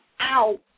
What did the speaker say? Ow